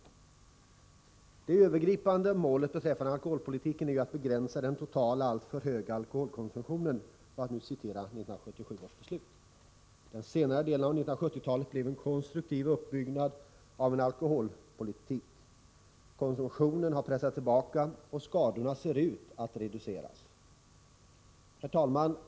Det övergripande målet beträffande alkoholpolitiken är att begränsa den totala, alltför höga alkoholkonsumtionen, för att nu återge vad som står i 1977 års beslut. Den senare delen av 1970-talet innebar en konstruktiv uppbyggnad av alkoholpolitiken. Konsumtionen har pressats tillbaka, och skadorna ser ut att reduceras. Herr talman!